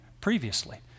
previously